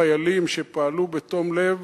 חיילים שפעלו בתום לב